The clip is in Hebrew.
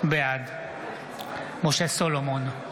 בעד משה סולומון,